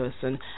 person